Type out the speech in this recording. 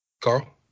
Carl